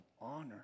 honor